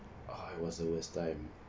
ah it was the worst time